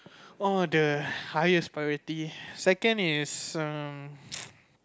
oh the highest priority second is um